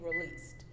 released